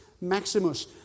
Maximus